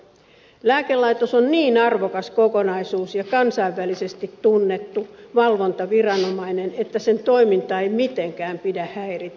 lääkelaitos on niin arvokas kokonaisuus ja kansainvälisesti tunnettu valvontaviranomainen että sen toimintaa ei mitenkään pidä häiritä